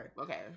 Okay